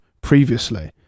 previously